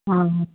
অ